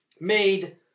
made